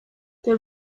der